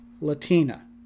Latina